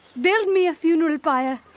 build me a funeral pyre.